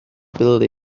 building